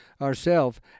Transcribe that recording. ourself